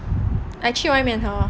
like 去外面喝